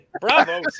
bravo